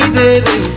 baby